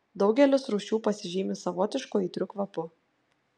daugelis rūšių pasižymi savotišku aitriu kvapu